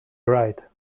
right